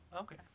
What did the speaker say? okay